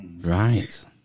right